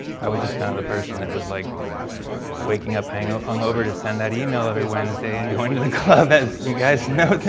i was just kind of the person that was like waking up hangover hangover to send that email every wednesday and going to the club as you guys know.